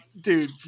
dude